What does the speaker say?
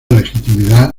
legitimidad